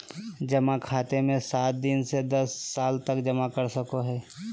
जमा खाते मे सात दिन से दस साल तक जमा कर सको हइ